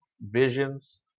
visions